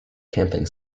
camping